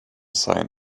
sign